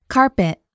Carpet